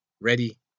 ready